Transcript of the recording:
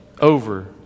over